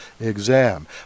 exam